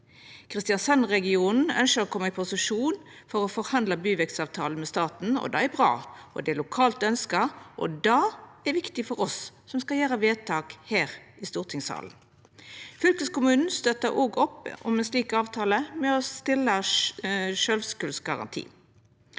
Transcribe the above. Kristiansandsregionen ønskjer å koma i posisjon for å forhandla om ein byvekstavtale med staten, og det er bra. Det er òg eit lokalt ønskje om det, og det er viktig for oss som skal fatta vedtak her i stortingssalen. Fylkeskommunen støttar òg opp om ein slik avtale ved å stilla sjølvskuldgaranti.